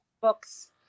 books